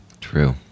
True